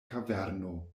kaverno